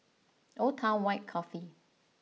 Old Town White Coffee